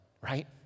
right